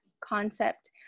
concept